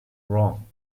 wrong